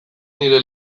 nire